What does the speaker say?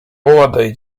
młodej